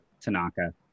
Tanaka